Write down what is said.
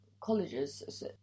colleges